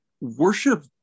worship